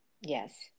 Yes